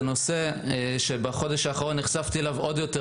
זה נושא שנחשפתי אליו בחודש האחרון עוד יותר,